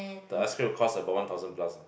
the ice cream will cost about one thousand plus lah